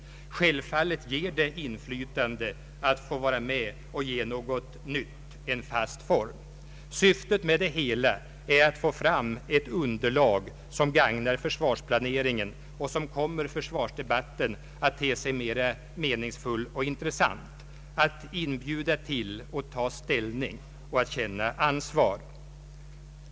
Självklart ger det inflytande att få vara med och ge något nytt en fast form. Syftet med det hela är att få fram ett underlag som gagnar försvarsplaneringen och som kommer försvarsdebatten att te sig mera meningsfull och intressant: att inbjuda till att ta ställning — och att känna ansvar.